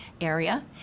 area